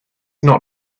not